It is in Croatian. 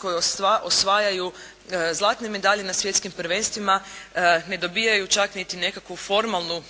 koji osvajaju zlatne medalje na svjetskim prvenstvima ne dobijaju čak niti nekakvu formalnu